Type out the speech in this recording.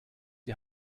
die